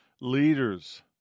leaders